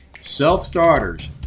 self-starters